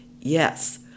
Yes